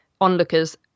onlookers